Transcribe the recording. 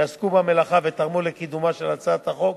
שעסקו במלאכה ותרמו לקידומה של הצעת החוק.